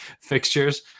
fixtures